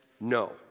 no